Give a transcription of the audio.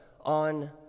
on